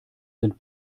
sind